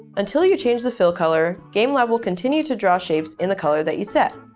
until you change the fill color, game lab will continue to draw shapes in the color that you set.